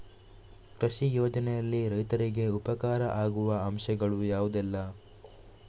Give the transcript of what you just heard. ಕೃಷಿ ಯೋಜನೆಯಲ್ಲಿ ರೈತರಿಗೆ ಉಪಕಾರ ಆಗುವ ಅಂಶಗಳು ಯಾವುದೆಲ್ಲ?